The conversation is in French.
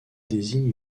désigne